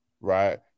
right